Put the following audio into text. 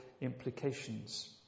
implications